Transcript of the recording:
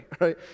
Right